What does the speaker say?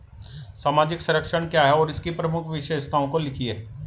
सामाजिक संरक्षण क्या है और इसकी प्रमुख विशेषताओं को लिखिए?